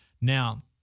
Now